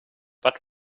but